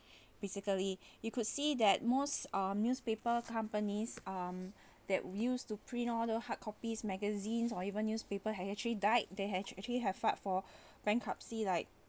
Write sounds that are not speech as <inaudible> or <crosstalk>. <breath> basically <breath> you could see that most uh newspaper companies um <breath> that we used to print order hard copies magazines or even newspapers had actually died they had act~ actually have fight for <breath> bankruptcy like